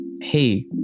hey